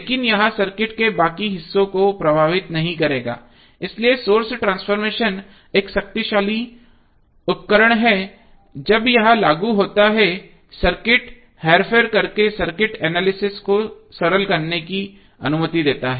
लेकिन यह सर्किट के बाकी हिस्सों को प्रभावित नहीं करेगा इसलिए सोर्स ट्रांसफॉर्मेशन एक शक्तिशाली उपकरण है जब यह लागू होता है सर्किट हेरफेर करके सर्किट एनालिसिस को सरल करने की अनुमति देता है